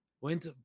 went